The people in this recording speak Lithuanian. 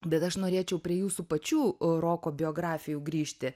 bet aš norėčiau prie jūsų pačių roko biografijų grįžti